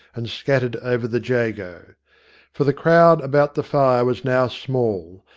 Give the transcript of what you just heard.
and scattered over the jago. for the crowd about the fire was now small,